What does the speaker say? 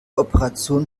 operation